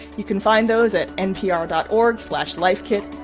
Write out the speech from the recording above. you can find those at npr dot org slash lifekit.